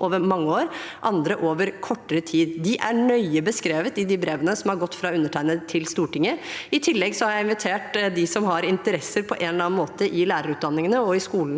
over mange år og andre over kortere tid. De er nøye beskrevet i de brevene som har gått fra undertegnede til Stortinget. I tillegg har jeg invitert dem som på en eller annen måte har interesser i lærerutdanningene og i skolen,